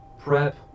prep